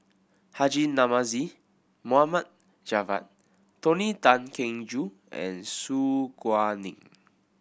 Haji Namazie Mohd Javad Tony Tan Keng Joo and Su Guaning